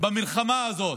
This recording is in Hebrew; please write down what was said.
במלחמה הזאת.